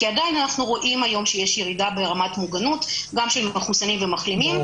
כי אנחנו רואים שיש ירידה ברמת המוגנות גם של מחוסנים ומחלימים,